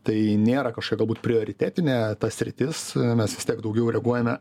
tai nėra kažkokia galbūt prioritetinė ta sritis mes vis tiek daugiau reaguojame